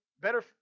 better